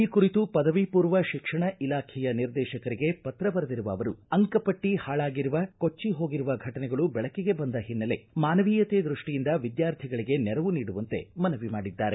ಈ ಕುರಿತು ಪದವಿ ಪೂರ್ವ ಶಿಕ್ಷಣ ಇಲಾಖೆಯ ನಿರ್ದೇಶಕರಿಗೆ ಪತ್ರ ಬರೆದಿರುವ ಅವರು ಅಂಕಪಟ್ಟಿ ಹಾಳಾಗಿರುವ ಕೊಟ್ಟಿ ಹೋಗಿರುವ ಘಟನೆಗಳು ಬೆಳಕಿಗೆ ಬಂದ ಹಿನ್ನೆಲೆ ಮಾನವೀಯತೆ ದೃಷ್ಟಿಯಿಂದ ವಿದ್ಯಾರ್ಥಿಗಳಿಗೆ ನೆರವು ನೀಡುವಂತೆ ಮನವಿ ಮಾಡಿದ್ದಾರೆ